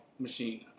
machine